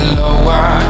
lower